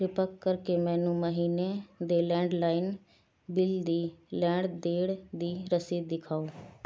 ਕਿਰਪਾ ਕਰਕੇ ਮੈਨੂੰ ਮਹੀਨੇ ਦੇ ਲੈਂਡਲਾਈਨ ਬਿੱਲ ਦੀ ਲੈਣ ਦੇਣ ਦੀ ਰਸੀਦ ਦਿਖਾਓ